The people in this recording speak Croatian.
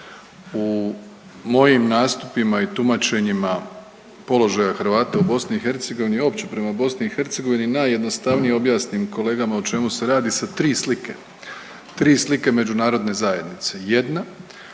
U mojim nastupima i tumačenjima položaja Hrvata u BiH i uopće prema BiH najjednostavnije objasnim kolegama o čemu se radi sa tri slike. Tri slike međunarodne zajednice. Jedna